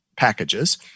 Packages